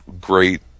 great